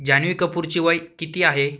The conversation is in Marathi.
जान्हवी कपूरचे वय किती आहे